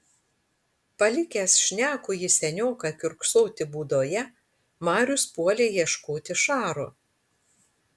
palikęs šnekųjį senioką kiurksoti būdoje marius puolė ieškoti šaro